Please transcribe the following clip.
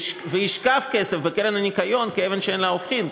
וישכב כסף בקרן לשמירת הניקיון כאבן שאין לה הופכין,